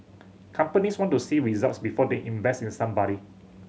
companies want to see results before they invest in somebody